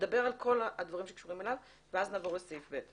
נדבר על כל הדברים שקשורים אליו ואז נעבור לסעיף (ב).